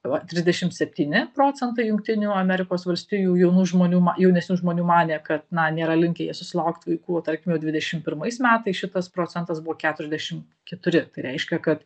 va trisdešimt septyni procentai jungtinių amerikos valstijų jaunų žmonių jaunesnių žmonių manė kad na nėra linkę jie susilaukt vaikų o tarkime dvidešim pirmais metais šitas procentas buvo keturiasdešim keturi tai reiškia kad